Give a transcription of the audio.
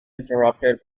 interrupted